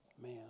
Man